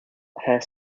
hair